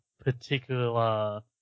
particular